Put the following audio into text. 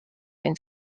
been